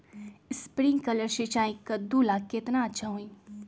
Sprinkler सिंचाई कददु ला केतना अच्छा होई?